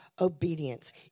obedience